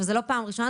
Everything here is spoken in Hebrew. זו לא פעם ראשונה,